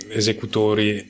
esecutori